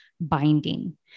binding